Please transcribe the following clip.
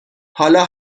حالا